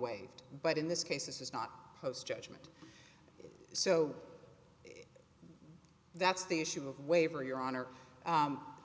waived but in this case this is not post judgment so that's the issue of waiver your honor